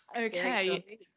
Okay